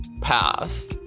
Pass